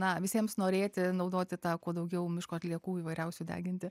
na visiems norėti naudoti tą kuo daugiau miško atliekų įvairiausių deginti